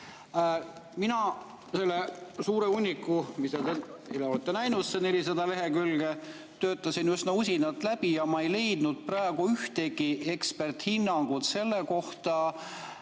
Mina selle suure hunniku, mida [teie ka] olete näinud, need 400 lehekülge, töötasin üsna usinalt läbi ja ma ei leidnud praegu ühtegi eksperthinnangut selle kohta,